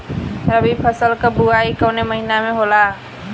रबी फसल क बुवाई कवना महीना में होला?